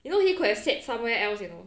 you know he could have sat somewhere else you know